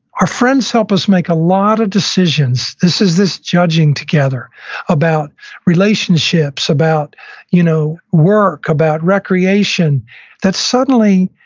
our friends help us make a lot of decisions. this is this judging together about relationships, about you know work, about recreation that suddenly,